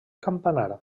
campanar